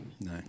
No